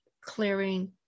clearing